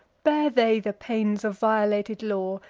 bear they the pains of violated law,